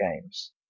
games